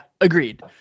Agreed